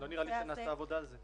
הזה -- לא נראה לי שנעשתה עבודה על זה.